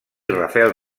rafael